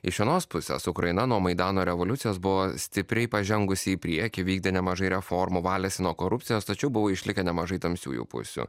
iš vienos pusės ukraina nuo maidano revoliucijos buvo stipriai pažengusi į priekį įvykdė nemažai reformų valėsi nuo korupcijos tačiau buvo išlikę nemažai tamsiųjų pusių